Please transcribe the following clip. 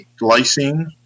Glycine